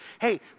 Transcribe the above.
hey